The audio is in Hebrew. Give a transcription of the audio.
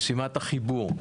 משימת החיבור.